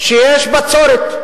שיש בצורת,